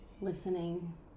listening